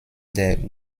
der